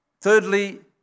Thirdly